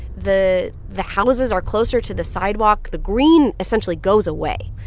the the houses are closer to the sidewalk. the green essentially goes away.